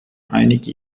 einige